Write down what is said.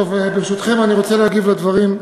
טוב, ברשותכם, אני רוצה להגיב על הדברים.